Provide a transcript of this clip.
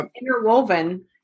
interwoven